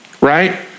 right